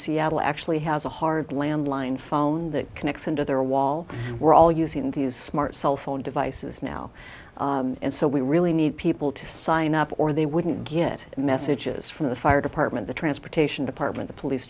seattle actually has a hard landline phone that connects them to their wall we're all using these smart cell phone devices now and so we really need people to sign up or they wouldn't get messages from the fired upon and the transportation department the police